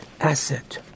asset